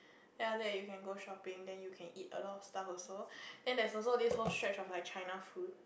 ya then you can go shopping then you can eat a lot of stuffs also and there's also this whole street like China food